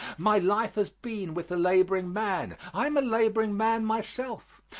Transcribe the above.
my life has been with the laboring man. i am a laboring man myself.